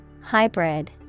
Hybrid